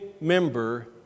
member